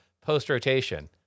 post-rotation